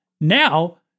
Now